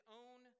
own